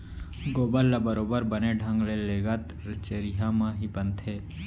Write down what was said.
गोबर ल बरोबर बने ढंग ले लेगत चरिहा म ही बनथे